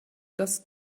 das